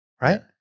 right